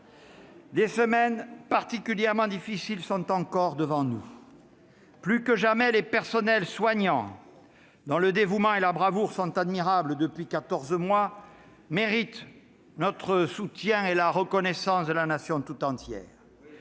des semaines particulièrement difficiles sont encore devant nous. Plus que jamais, les personnels soignants, dont le dévouement et la bravoure sont admirables depuis quatorze mois, méritent notre soutien et la reconnaissance de la Nation tout entière.